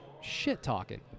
shit-talking